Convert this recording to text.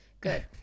Good